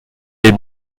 est